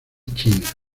china